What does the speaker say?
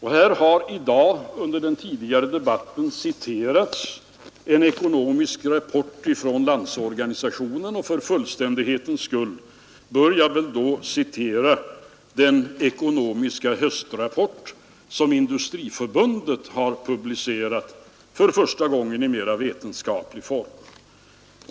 Här har i dag under den tidigare debatten citerats en ekonomisk rapport från Landsorganisationen, och för fullständighetens skull bör jag väl då citera den ekonomiska höstrapport som Industriförbundet har publicerat, för första gången i mera vetenskaplig form.